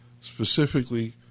specifically